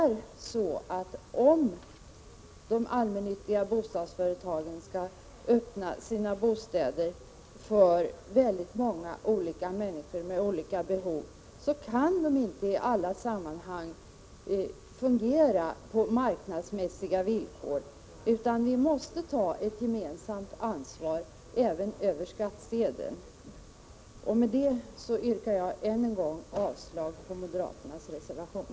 Om de allmännyttiga bostadsföretagen skall kunna öppna sina bostäder för många olika människor med olika behov, kan de inte i alla sammanhang fungera på marknadsmässiga villkor, utan vi måste ta ett gemensamt ansvar även över skattsedeln. Med detta yrkar jag än en gång avslag på moderaternas reservation.